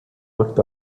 looked